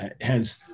hence